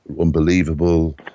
unbelievable